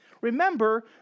Remember